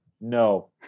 No